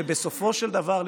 ובסופו של דבר,